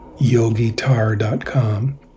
yogitar.com